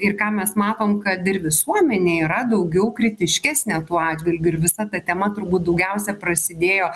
ir ką mes matom kad ir visuomenė yra daugiau kritiškesnė tuo atžvilgiu ir visa ta tema turbūt daugiausiai prasidėjo